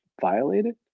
violated